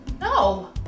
No